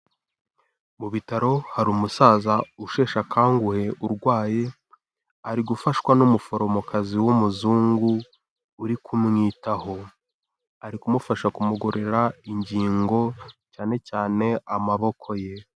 Mu bitaro hari umusaza usheshe akanguhe urwaye, ari gufashwa n'umuforomokazi w'umuzungu uri kumwitaho. Ari kumufasha kumugororera ingingo cyane cyane amaboko ye.